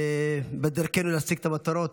בדרכנו להשיג את המטרות.